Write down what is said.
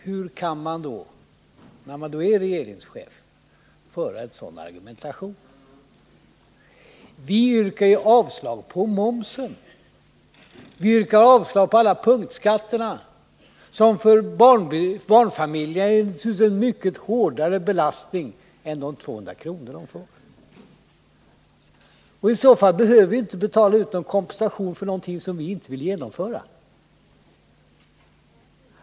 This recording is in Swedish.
Hur kan man, när man är regeringschef, föra en sådan argumentation? Vi yrkar ju avslag på momshöjningen och på alla punktskatterna, som för en barnfamilj utgör en mycket hårdare belastning än som motsvaras av de 200 kronor de skulle få. Naturligtvis behöver vi inte betala ut kompensation för skattehöjningar som vi inte vill genomföra.